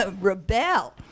rebel